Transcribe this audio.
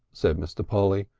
said mr. polly.